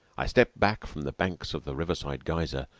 i stepped back from the banks of the riverside geyser,